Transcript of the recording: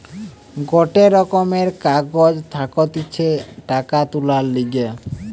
গটে রকমের কাগজ থাকতিছে টাকা তুলার লিগে